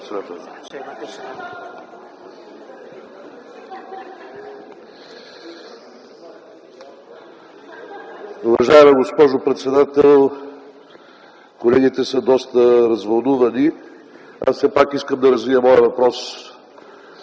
Уважаема госпожо председател, колегите са доста развълнувани. Аз все пак искам да развия моя въпрос.